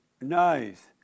Nice